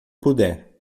puder